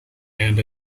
and